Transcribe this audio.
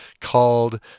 called